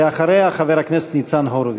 ואחריה, חבר הכנסת ניצן הורוביץ.